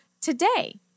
today